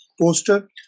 poster